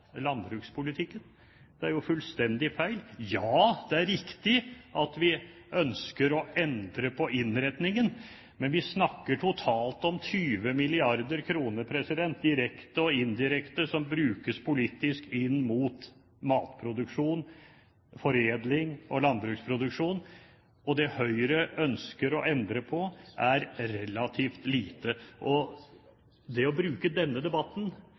landbrukspolitikken. Det er jo fullstendig feil. Ja, det er riktig at vi ønsker å endre på innretningen, men vi snakker totalt om 20 mrd. kr, direkte og indirekte, som brukes politisk inn mot matproduksjon, foredling og landbruksproduksjon. Det Høyre ønsker å endre på, er relativt lite. Det å bruke denne debatten,